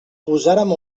posàrem